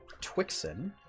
Twixen